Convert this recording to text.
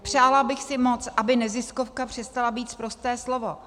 Přála bych si moc, aby neziskovka přestala být sprosté slovo.